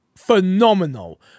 Phenomenal